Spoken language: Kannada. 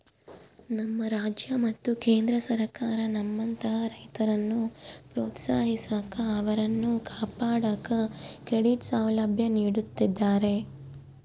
ನಮ್ಮ ರಾಜ್ಯ ಮತ್ತು ಕೇಂದ್ರ ಸರ್ಕಾರ ನಮ್ಮಂತಹ ರೈತರನ್ನು ಪ್ರೋತ್ಸಾಹಿಸಾಕ ಅವರನ್ನು ಕಾಪಾಡಾಕ ಕ್ರೆಡಿಟ್ ಸೌಲಭ್ಯ ನೀಡುತ್ತಿದ್ದಾರೆ